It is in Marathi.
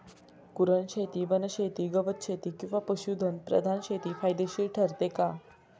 कुरणशेती, वनशेती, गवतशेती किंवा पशुधन प्रधान शेती फायदेशीर ठरते का?